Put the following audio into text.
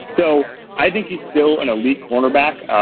so i think he's still an elite quarterback.